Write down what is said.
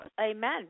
Amen